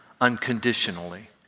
unconditionally